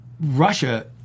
Russia